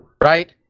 Right